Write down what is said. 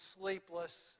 sleepless